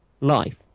life